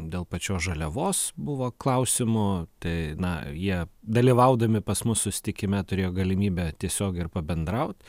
dėl pačios žaliavos buvo klausimų tai na jie dalyvaudami pas mus susitikime turėjo galimybę tiesiogiai ir pabendraut